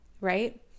right